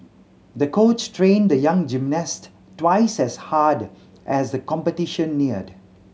the coach trained the young gymnast twice as hard as the competition neared